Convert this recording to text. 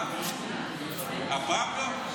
הפעם לא.